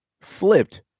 flipped